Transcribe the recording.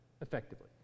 effectively